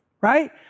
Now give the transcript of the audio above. right